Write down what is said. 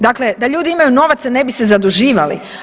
Dakle, da ljudi imaju novaca ne bi se zaduživali.